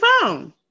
phone